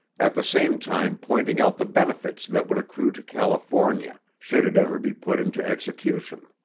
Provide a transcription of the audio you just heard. at the same time pointing out the benefits that would accrue to california should it ever be put into execution.